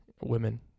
Women